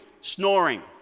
snoring